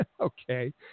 Okay